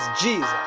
Jesus